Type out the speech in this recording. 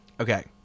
Okay